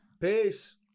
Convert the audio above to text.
Peace